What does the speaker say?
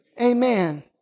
Amen